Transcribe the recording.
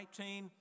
19